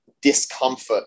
discomfort